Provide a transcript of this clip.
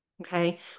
okay